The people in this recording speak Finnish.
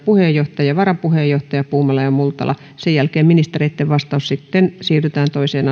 puheenjohtaja puumala ja varapuheenjohtaja multala sen jälkeen ministereitten vastaus ja sitten siirrytään toiseen